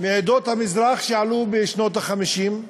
מעדות המזרח שעלו בשנות ה-50,